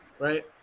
right